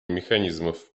механизмов